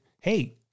Hey